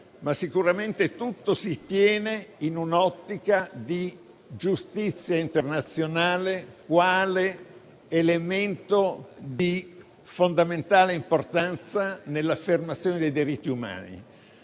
ma sicuramente tutto si tiene in un'ottica di giustizia internazionale quale elemento di fondamentale importanza nell'affermazione dei diritti umani.